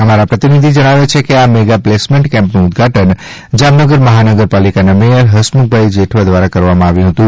અમારા પ્રતિનિધિ જણાવે છે કે આ મેગા પ્લેસમેન્ટ કેમ્પનું ઉદઘાટન જામનગર મહાનગર પાલિકાના મેથર હસમુખભાઇ જેઠવા દ્વારા કરવામાં આવ્યું હતું